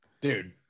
dude